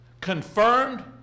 confirmed